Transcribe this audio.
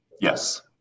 Yes